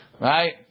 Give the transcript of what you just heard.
Right